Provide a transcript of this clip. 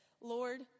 Lord